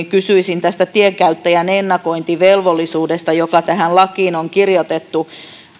kysyisin tästä tienkäyttäjän ennakointivelvollisuudesta joka tähän lakiin on kirjoitettu